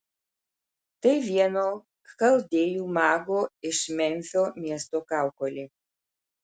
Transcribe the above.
tai vieno chaldėjų mago iš memfio miesto kaukolė